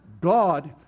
God